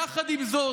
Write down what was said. עם זאת,